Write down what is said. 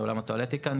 בעולם הטואלטיקה,